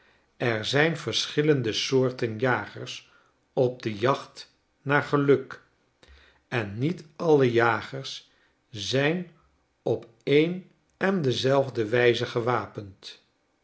er zijn verschillende soorten jagers op de jacht naar geluk en niet alle jagers zijn op een en dezelfde wijze gewapend